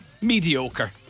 mediocre